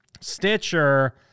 Stitcher